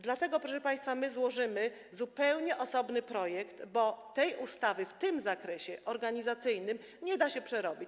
Dlatego, proszę państwa, my złożymy zupełnie osobny projekt, bo tej ustawy w zakresie organizacyjnym nie da się przerobić.